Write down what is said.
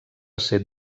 ser